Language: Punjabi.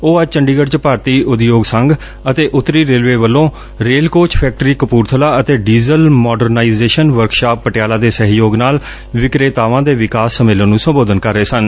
ਉਹ ਅੱਜ ਚੰਡੀਗੜ ਚ ਭਾਰਤੀ ਉਦਯੋਗ ਸੰਘ ਅਤੇ ਉੱਤਰੀ ਰੇਲਵੇ ਵੱਲੋਂ ਰੇਲ ਕੋਚ ਫੈਕਟਰੀ ਕਪੂਰਥਲਾ ਅਤੇ ਡੀਜ਼ਲ ਮਾਡਰਨਾਈਜ਼ੇਸ਼ਨ ਵਰਕਸ਼ਾਪ ਪਟਿਆਲਾ ਦੇ ਸਹਿਯੋਗ ਨਾਲ ਵਿਕਰੇਤਾਵਾਂ ਦੇ ਵਿਕਾਸ ਸੰਮੇਲਨ ਨੂੰ ਸੰਬੋਧਨ ਕਰ ਰਹੇ ਸਨ